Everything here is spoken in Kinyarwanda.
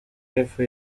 y’epfo